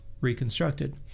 reconstructed